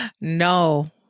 No